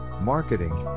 marketing